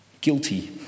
guilty